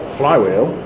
flywheel